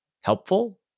helpful